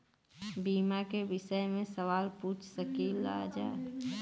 बीमा के विषय मे सवाल पूछ सकीलाजा?